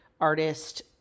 artist